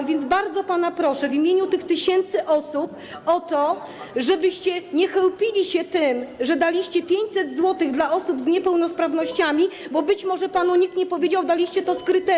A więc bardzo pana proszę w imieniu tych tysięcy osób o to, żebyście nie chełpili się tym, że daliście 500 zł dla osób z niepełnosprawnościami, bo - być może panu nikt nie powiedział - daliście to z kryterium.